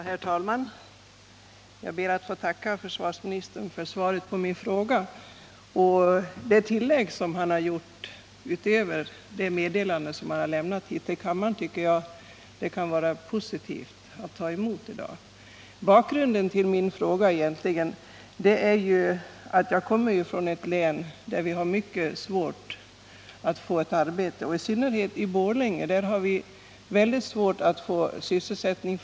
Herr talman! Jag ber att få tacka försvarsministern för svaret på min fråga, och särskilt det han sade sist i svaret är det positivt att ta emot i dag. Bakgrunden till min fråga är egentligen att jag kommer från ett län där det är mycket svårt att få arbete. Detta gäller i synnerhet Borlänge, där det är mycket svårt för kvinnorna att få sysselsättning.